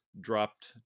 dropped